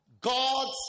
God's